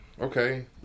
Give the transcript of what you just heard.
okay